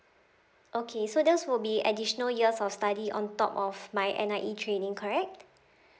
okay so this will be additional years of study on top of my N_I_E training correct